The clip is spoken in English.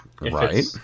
Right